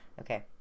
Okay